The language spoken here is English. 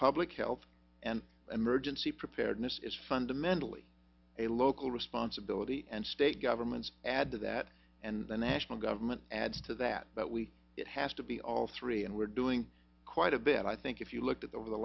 public health and emergency preparedness is fundamentally a local responsibility and state governments add to that and the national government adds to that but we have to be all three and we're doing quite a bit i think if you look at the over the